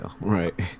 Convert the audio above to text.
right